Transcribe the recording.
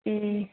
ए